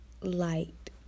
light